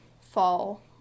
fall